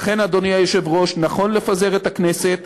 לכן, אדוני היושב-ראש, נכון לפזר את הכנסת.